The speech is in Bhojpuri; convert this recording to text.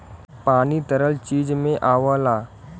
पानी तरल चीज में आवला